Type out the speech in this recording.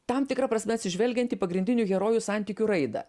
tam tikra prasme atsižvelgiant į pagrindinių herojų santykių raidą